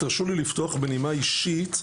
תרשו לי לפתוח בנימה אישית.